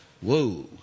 whoa